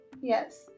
Yes